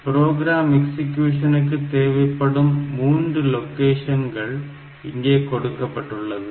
program எக்ஸிக்யூஷனுக்கு தேவைப்படும் 3 லொகேஷன்கள் இங்கே கொடுக்கப்பட்டுள்ளது